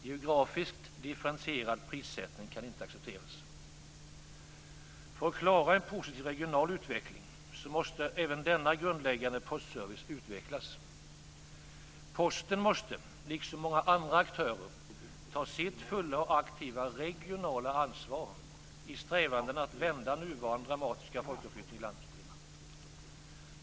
Geografiskt differentierad prissättning kan inte accepteras. För att klara en positiv regional utveckling måste även denna grundläggande postservice utvecklas. Posten måste, liksom många andra aktörer, ta sitt fulla och aktiva regionala ansvar i strävandena att vända den nuvarande dramatiska folkförflyttningen i landet.